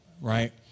right